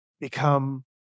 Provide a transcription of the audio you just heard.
become